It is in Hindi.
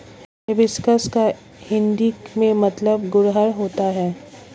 हिबिस्कुस का हिंदी में मतलब गुड़हल होता है